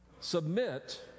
submit